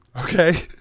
Okay